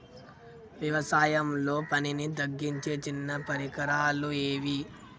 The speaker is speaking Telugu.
వ్యవసాయంలో పనిని తగ్గించే చిన్న పరికరాలు ఏవి?